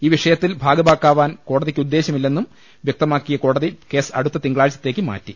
ഈ വിഷയത്തിൽ ഭാഗ ഭാക്കാകാൻ കോടതിക്ക് ഉദ്ദേശ്യമില്ലെന്നും വൃക്തമാക്കിയ കോടതി കേസ് അടുത്ത തിങ്കളാഴ്ചത്തേക്ക് മാറ്റി